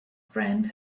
friend